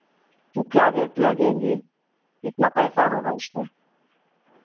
तो क्या रेट लगेगी कितना पैसा होगा उसका